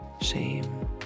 shame